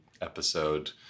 episode